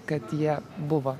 kad jie buvo